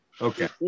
Okay